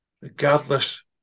regardless